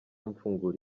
mfungura